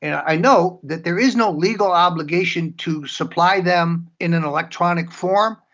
and i know that there is no legal obligation to supply them in an electronic form.